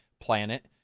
planet